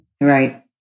Right